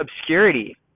obscurity